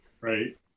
right